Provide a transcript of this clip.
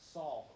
Saul